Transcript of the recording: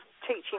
teaching